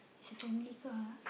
is a family car ah